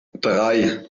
drei